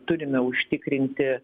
turime užtikrinti